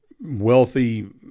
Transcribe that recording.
wealthy